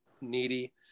needy